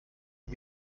ich